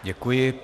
Děkuji.